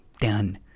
Done